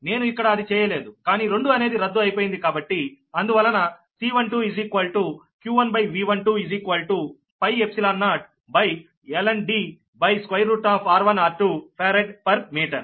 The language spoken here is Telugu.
నేను ఇక్కడ అది చేయలేదు కానీ రెండు అనేది రద్దు అయిపోతుంది కాబట్టి అందువలన C12 q1V120lnDr1r2ఫారాడ్ పర్ మీటర్